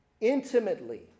intimately